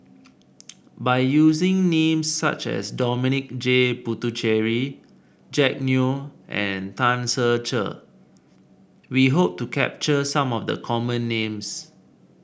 by using names such as Dominic J Puthucheary Jack Neo and Tan Ser Cher we hope to capture some of the common names